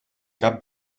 cap